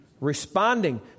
Responding